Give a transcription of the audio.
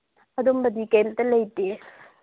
ꯑꯗꯨꯝꯕꯗꯤ ꯀꯔꯤꯝꯇ ꯂꯩꯇꯦ